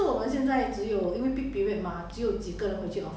orh she went back to office to work ah